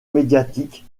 médiatique